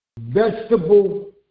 vegetable